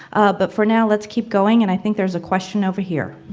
but for now let's keep going. and i think there is a question over here.